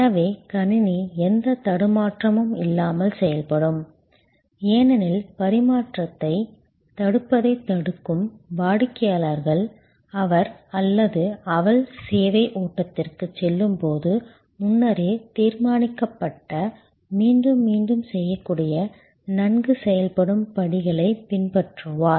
எனவே கணினி எந்தத் தடுமாற்றமும் இல்லாமல் செயல்படும் ஏனெனில் பரிமாற்றத்தைத் தடுப்பதைத் தடுக்கும் வாடிக்கையாளர் அவர் அல்லது அவள் சேவை ஓட்டத்திற்குச் செல்லும் போது முன்னரே தீர்மானிக்கப்பட்ட மீண்டும் மீண்டும் செய்யக்கூடிய நன்கு செயல்படும் படிகளைப் பின்பற்றுவார்